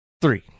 three